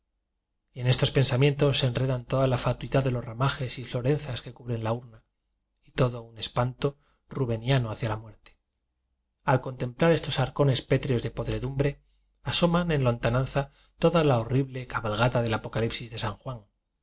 en estos pensamientos se enredan toda la fatuidad de los ramajes y florenzas que cubren la urna y todo un espanto rubeniano hacia la muerte al contemplar estos arcones pétreos de podredumbre asoman en lontananza toda la horrible cabal gata del apocalipsis de san juan